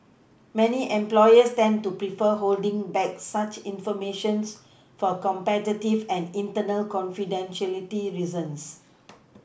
many employers tend to prefer holding back such information's for competitive and internal confidentiality reasons